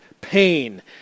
pain